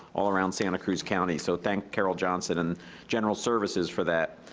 all around santa cruz county, so thank carol johnson and general services for that.